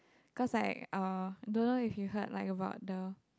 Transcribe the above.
cause like uh I don't know if you heard like about the